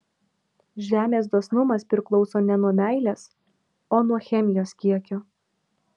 žemės dosnumas priklauso ne nuo meilės o nuo chemijos kiekio